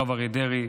הרב אריה דרעי.